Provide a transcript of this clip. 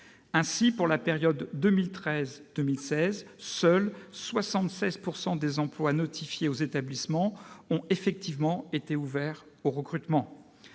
Ainsi, pour la période 2013-2016, seuls 76 % des emplois notifiés aux établissements ont effectivement été ouverts au recrutement.